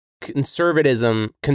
conservatism